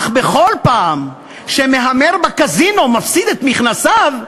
אך בכל פעם שמהמר בקזינו מפסיד את מכנסיו,